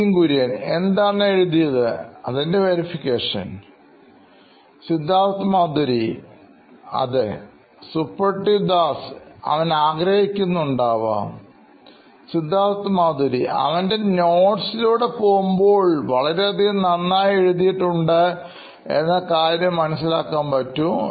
Nithin Kurian COO Knoin Electronics എന്താണ് എഴുതിയത് അതിൻറെ verification Suprativ Das CTO Knoin Electronics അവൻ ആഗ്രഹിക്കുന്നു ഉണ്ടാവാം Siddharth Maturi CEO Knoin Electronics അവൻറെ നോട്സ്ലൂടെപോകുമ്പോൾ വളരെയധികം നന്നായി എഴുതിയിട്ടുണ്ട് എന്ന കാര്യം മനസ്സിലാക്കാൻ പറ്റും